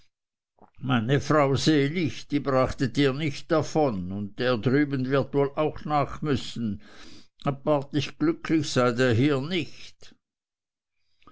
meine frau selig die brachtet ihr nicht davon und der drüben wird ihr wohl nach müssen apartig glücklich seid ihr hier nicht